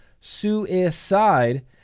Suicide